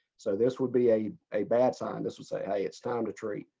so this would be a a bad sign. this will say, hey, it's time to treat.